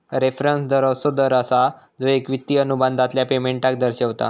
reference दर असो दर असा जो एक वित्तिय अनुबंधातल्या पेमेंटका दर्शवता